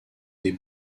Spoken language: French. des